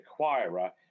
acquirer